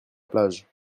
plage